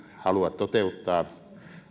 halua toteuttaa